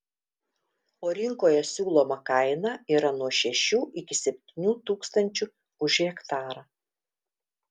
o rinkoje siūloma kaina yra nuo šešių iki septynių tūkstančių už hektarą